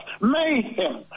mayhem